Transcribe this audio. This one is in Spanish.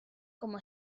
como